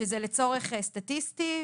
לצורך סטטיסטי,